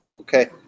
Okay